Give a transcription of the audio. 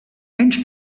end